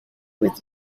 with